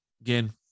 Again